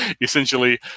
essentially